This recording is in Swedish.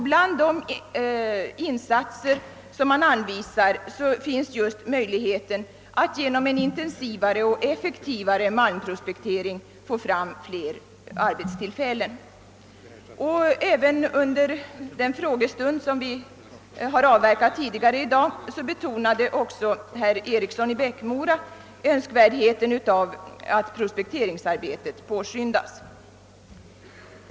Bland de insatser som anvisas finns just möjligheten att genom en intensivare och effektivare malmprospektering få fram fler arbetstillfällen. Under den frågestund vi har avverkat tidigare i dag betonade också herr Eriksson i Bäckmora önskvärdheten av att prospekteringsarbetet påskyndas.